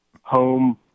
home